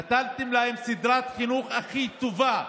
נתתם להם סדרת חינוך הכי טובה.